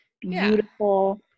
beautiful